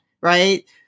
right